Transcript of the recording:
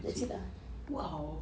that's it !wow!